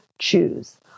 choose